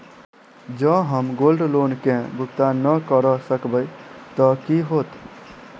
जँ हम gold loan केँ भुगतान न करऽ सकबै तऽ की होत?